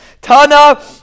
Tana